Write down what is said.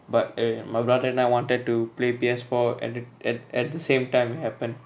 but uh my brother and I wanted to play P_S four at the at at the same time it happened